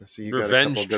Revenge